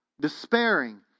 despairing